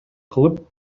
кылып